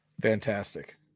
Fantastic